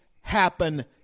happen